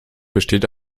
besteht